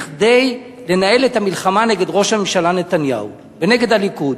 כדי לנהל את המלחמה נגד ראש הממשלה נתניהו ונגד הליכוד,